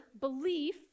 belief